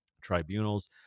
tribunals